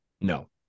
No